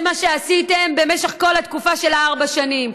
זה מה שעשיתם במשך כל התקופה של ארבע השנים,